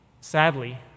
Sadly